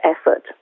effort